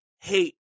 hate